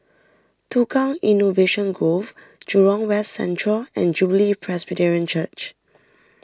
Tukang Innovation Grove Jurong West Central and Jubilee Presbyterian Church